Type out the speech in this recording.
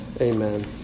amen